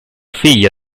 figlia